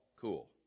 cool